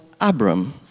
Abram